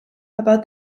about